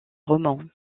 roman